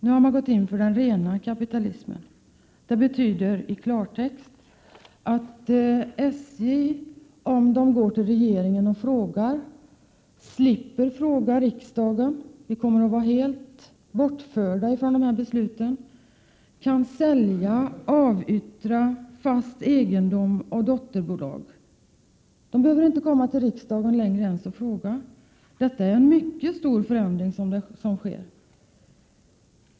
Nu har man gått in för den rena kapitalismen. Det betyder i klartext att SJ kan gå till regeringen och fråga när man vill avyttra fast egendom eller dotterbolag. Riksdagen kommer att bli helt ställd åt sidan i detta fall; man kommer i fortsättningen inte att behöva fråga riksdagen. Detta är en mycket stor förändring.